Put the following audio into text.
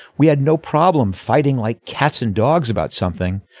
we had no problem fighting like cats and dogs about something.